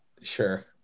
Sure